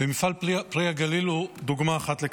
ומפעל פרי הגליל הוא דוגמה אחת לכך.